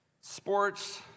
sports